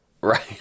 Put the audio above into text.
right